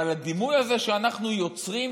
אבל הדימוי הזה שאנחנו יוצרים,